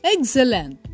Excellent